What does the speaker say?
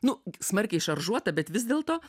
nu smarkiai šaržuotą bet vis dėlto